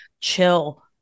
chill